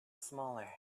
smaller